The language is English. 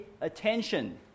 attention